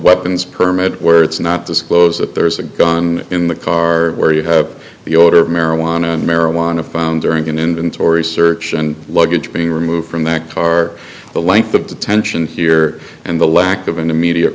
weapons permit where it's not disclosed that there's a gun in the car where you have the odor of marijuana and marijuana found during an inventory search and luggage being removed from that car the length of the tension here and the lack of an immediate